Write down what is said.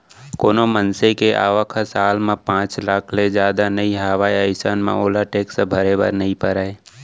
कोनो मनसे के आवक ह साल म पांच लाख ले जादा नइ हावय अइसन म ओला टेक्स भरे बर नइ परय